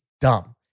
dumb